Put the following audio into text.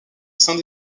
saint